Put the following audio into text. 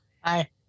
Hi